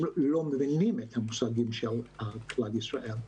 הם לא מבינים את המושגים של כלל ישראל.